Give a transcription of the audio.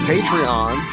patreon